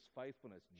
faithfulness